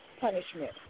punishment